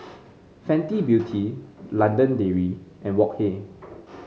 Fenty Beauty London Dairy and Wok Hey